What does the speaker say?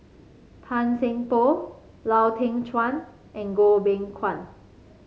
Tan Seng Poh Lau Teng Chuan and Goh Beng Kwan